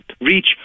reach